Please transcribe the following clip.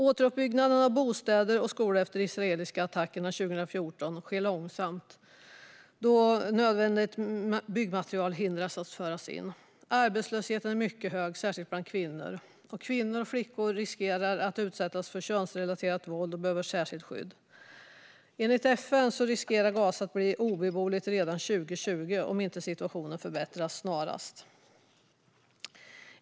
Återuppbyggnaden av bostäder och skolor efter de israeliska attackerna 2014 sker långsamt då nödvändigt byggmaterial hindras att föras in. Arbetslösheten är mycket hög, särskild bland kvinnor. Kvinnor och flickor riskerar att utsättas för könsrelaterat våld och behöver särskilt skydd. Enligt FN riskerar Gaza att bli obeboeligt redan 2020 om situationen inte förbättras snarast.